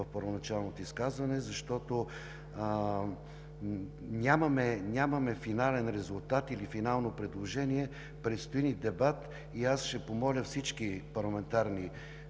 в първоначалното изказване не Ви отговорих, защото нямаме финален резултат или финално предложение. Предстои ни дебат и аз ще помоля всички парламентарни